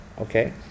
Okay